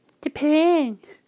Depends